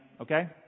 Okay